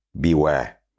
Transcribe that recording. beware